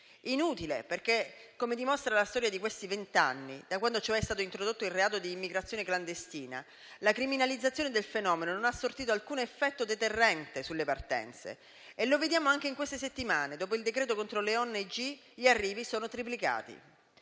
del fenomeno - come dimostra la storia di questi vent'anni, da quando cioè è stato introdotto il reato d'immigrazione clandestina - non ha sortito alcun effetto deterrente sulle partenze. Lo vediamo anche in queste settimane: dopo il decreto contro le ONG, gli arrivi sono triplicati.